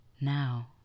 Now